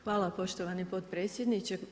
Hvala poštovani potpredsjedniče.